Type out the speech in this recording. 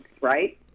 right